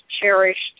cherished